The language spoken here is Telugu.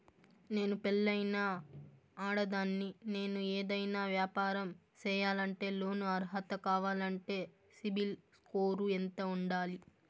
నేను పెళ్ళైన ఆడదాన్ని, నేను ఏదైనా వ్యాపారం సేయాలంటే లోను అర్హత కావాలంటే సిబిల్ స్కోరు ఎంత ఉండాలి?